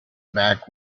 back